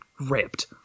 ripped